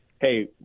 hey